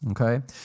Okay